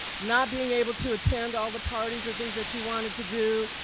not being able to attend all the parties or things that you wanted to do,